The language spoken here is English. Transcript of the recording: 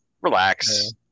Relax